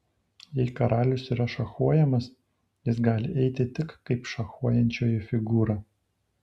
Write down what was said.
jei karalius yra šachuojamas jis gali eiti tik kaip šachuojančioji figūra